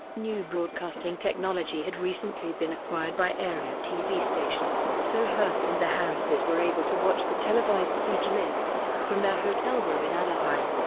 new broadcasting technology had recently been acquired by area tv stations, so hearst and the harrises were able to watch the televised siege live from their hotel room in anaheim.